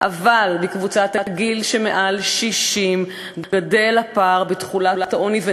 אבל בקבוצת הגיל שמעל 60 הפער בתחולת העוני גדל,